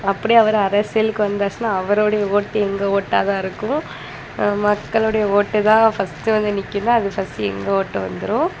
அப்படி அவரு அரசியலுக்கு வந்தாச்சின்னால் அவருடைய ஓட்டு எங்கள் ஓட்டாகதான் இருக்கும் மக்களுடைய ஓட்டுதான் ஃபஸ்ட்டு வந்து நிற்குன்னா அது ஃபஸ்ட்டு எங்கள் ஓட்டு வந்துடும்